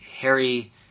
Harry